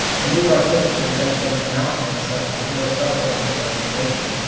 a new artistic invention announcing itself with no supplementary explanation.